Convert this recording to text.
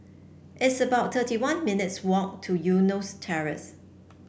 it's about thirty one minutes' walk to Eunos Terrace